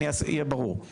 אני אהיה ברור,